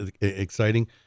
exciting